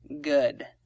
good